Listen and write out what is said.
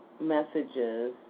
messages